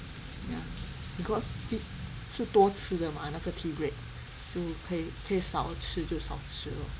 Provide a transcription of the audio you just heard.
ya because 是多吃的吗那个 teabreak 所以可以可以少吃就少吃咯